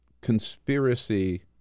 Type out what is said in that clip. conspiracy